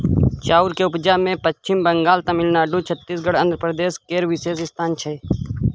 चाउर के उपजा मे पच्छिम बंगाल, तमिलनाडु, छत्तीसगढ़, आंध्र प्रदेश केर विशेष स्थान छै